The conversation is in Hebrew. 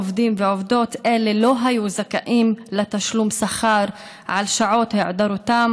עובדים ועובדות אלה לא היו זכאים לתשלום שכר על שעות היעדרותם